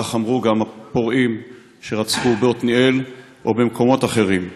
כך אמרו גם הפורעים שרצחו בעתניאל ובמקומות אחרים.